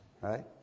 right